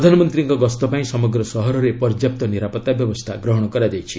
ପ୍ରଧାନମନ୍ତ୍ରୀଙ୍କ ଗସ୍ତ ପାଇଁ ସମଗ୍ର ସହରରେ ପର୍ଯ୍ୟାପ୍ତ ନିରାପତ୍ତା ବ୍ୟବସ୍ଥା ଗ୍ରହଣ କରାଯାଇଛି